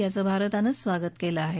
याचं भारतानं स्वागत केलं आहे